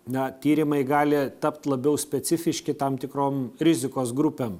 na tyrimai gali tapt labiau specifiški tam tikrom rizikos grupėm